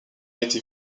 été